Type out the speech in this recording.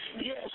Yes